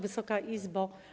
Wysoka Izbo!